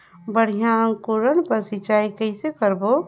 बढ़िया अंकुरण बर सिंचाई कइसे करबो?